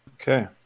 Okay